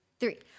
three